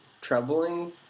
troubling